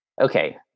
Okay